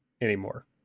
anymore